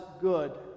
good